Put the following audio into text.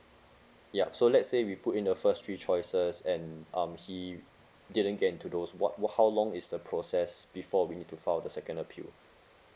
ya so let say we put in the first three choices and um he didn't get into those what what how long is the process before we need to file the second appeal